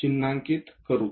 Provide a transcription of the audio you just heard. चिन्हांकित करू